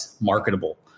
Marketable